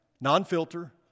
Non-filter